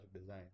design